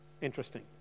Interesting